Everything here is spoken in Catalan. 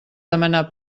demanar